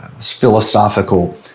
philosophical